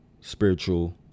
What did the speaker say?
spiritual